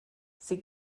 sie